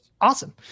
awesome